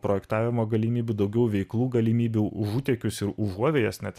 projektavimo galimybių daugiau veiklų galimybių užutėkius ir užuovėjas net